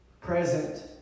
present